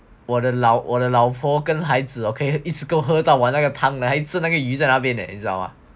我的老婆跟孩子 okay 一起过喝到完我那个汤还吃一次那个鱼在那边你知道吗